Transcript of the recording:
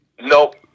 Nope